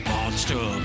Monster